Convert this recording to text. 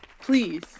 please